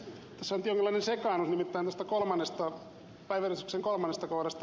sitä ei kai käsitelty